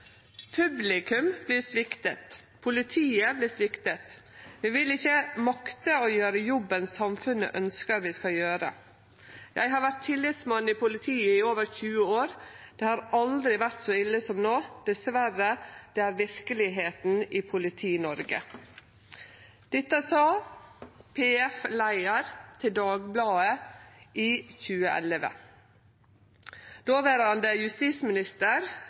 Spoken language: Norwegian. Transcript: blir lurt, og politiet blir sviktet, vi vil ikke makte å gjøre den jobben samfunnet ønsker vi skal gjøre». «Jeg har vært tillitsmann i politiet i over 20 år. Det har aldri vært så ille som det er i dag. Dessverre, det er virkeligheten i Politi-Norge.» Dette sa leiaren i Politiets Fellesforbund til Dagbladet i 2011. Dåverande justisminister